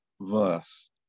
verse